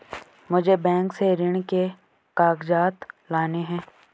मुझे बैंक से ऋण के कागजात लाने हैं